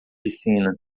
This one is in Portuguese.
piscina